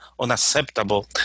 unacceptable